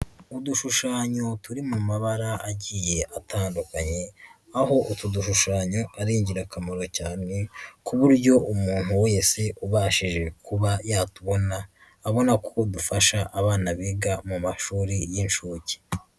Udushushanyo turi mu mabara agiye atandukanye, aho utu dushushanyo ari ingirakamaro cyane, ku buryo umuntu wese ubashije kuba yatubona, abona ko dufasha abana biga mu mashuri y'inshuke.